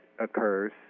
occurs